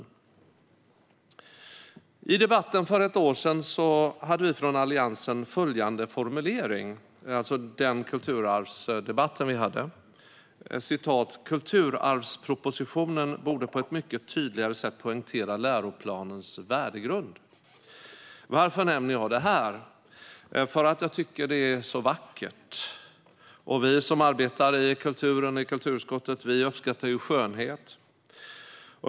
I kulturarvsdebatten för ett år sedan hade vi från Alliansen följande formulering: "Kulturarvspropositionen borde på ett mycket tydligare sätt poängtera läroplanens värdegrund". Varför nämner jag det här? Jo, för att jag tycker det är så vackert. Och vi som arbetar i kulturen uppskattar skönhet.